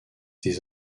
des